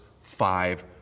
five